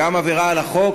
גם עבירה על החוק,